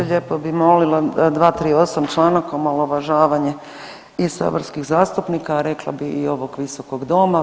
Lijepo bi molila 238. članak, omalovažavanje i saborskih zastupnika, a rekla bi ovog visokog doma.